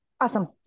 Awesome